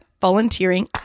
volunteering